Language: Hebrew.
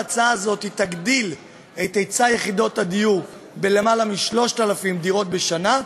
ההצעה הזאת תגדיל את היצע יחידות הדיור ביותר מ-3,000 דירות בשנה,